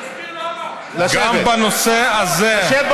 תסביר למה, גם בנושא הזה, לשבת.